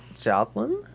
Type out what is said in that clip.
Jocelyn